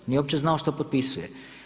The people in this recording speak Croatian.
Nije uopće znao što potpisuje.